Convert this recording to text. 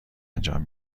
انجام